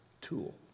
tool